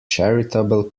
charitable